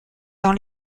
dans